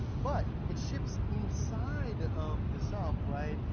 but it ships inside of the sump, right?